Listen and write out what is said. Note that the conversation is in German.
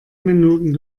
minuten